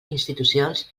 institucions